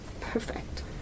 perfect